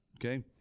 okay